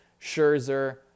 scherzer